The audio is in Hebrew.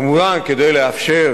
כמובן, כדי לאפשר